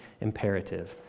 imperative